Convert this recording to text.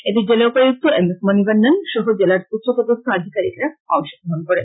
এতে জেলা উপায়ুক্ত এম এস মণিভন্নন সহ জেলার উচ্চপদস্থ আধিকারীকরা অংশগ্রহণ করেন